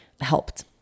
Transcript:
helped